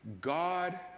God